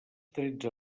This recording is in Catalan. tretze